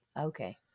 Okay